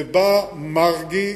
ובא מרגי,